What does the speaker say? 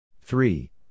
Three